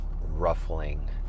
ruffling